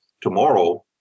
tomorrow